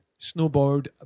snowboard